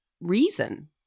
reason